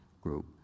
Group